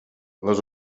les